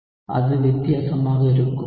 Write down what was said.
அது வித்தியாசமாக இருக்கும்